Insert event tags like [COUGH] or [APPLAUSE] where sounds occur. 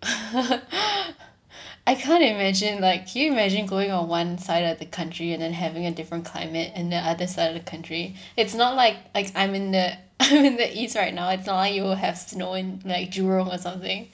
[LAUGHS] I can't imagine like can you imagine going on one side of the country and then having a different climate and the other side of the country it's not like like I'm in the [LAUGHS] in the east right now it's not like you will have snow in like jurong or something